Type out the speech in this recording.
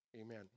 Amen